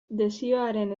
desioaren